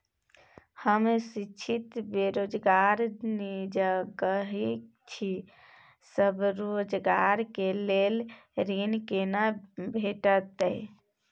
हम शिक्षित बेरोजगार निजगही छी, स्वरोजगार के लेल ऋण केना भेटतै?